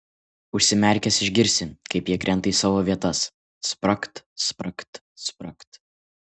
užsimerkęs išgirsi kaip jie krenta į savo vietas spragt spragt spragt